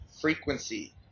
frequency